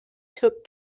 took